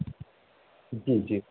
जी जी